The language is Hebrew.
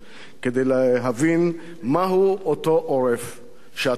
כדי להבין מהו אותו עורף שאתם מדברים